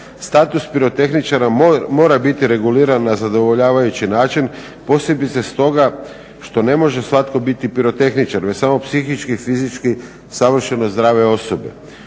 Status pirotehničara mora biti reguliran na zadovoljavajući način, posebice stoga što ne može svatko biti pirotehničar već samo psihički i fizički savršeno zdrave osobe.